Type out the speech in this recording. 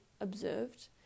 observed